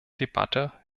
debatte